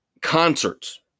concerts